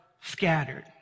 scattered